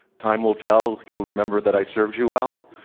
time will tell, you'll remember that i served you well.